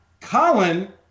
Colin